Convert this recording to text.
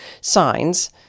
signs